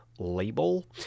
Label